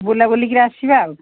ବୁଲା ବୁଲିକିରି ଆସିବା ଆଉ